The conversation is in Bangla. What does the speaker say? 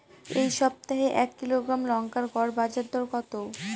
এই সপ্তাহে এক কিলোগ্রাম লঙ্কার গড় বাজার দর কত?